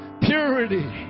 Purity